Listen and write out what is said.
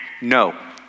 no